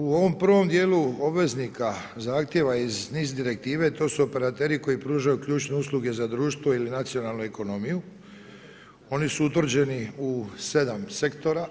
U ovom prvom dijelu obveznika zahtjeva iz NIS direktive, to su operateri koji pružaju ključne usluge za društvo ili nacionalnu ekonomiju, oni su utvrđeni u 7 sektora